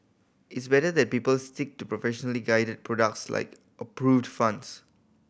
it's better that people stick to professionally guided products like approved funds